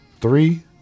three